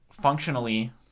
functionally